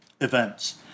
events